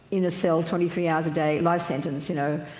in a cell twenty three hours a day, a life sentence you know,